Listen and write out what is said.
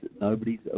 nobody's